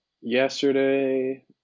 yesterday